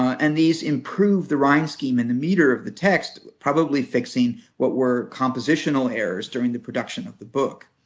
and these improve the rhyme scheme and the meter of the text, probably fixing what were compositional errors during the production of the book.